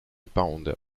pond